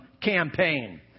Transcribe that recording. campaign